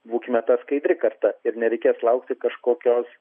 būkime ta skaidri karta ir nereikės laukti kažkokios